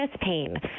pain